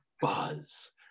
buzz